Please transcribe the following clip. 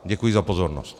Děkuji za pozornost.